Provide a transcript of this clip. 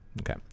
Okay